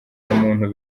muntu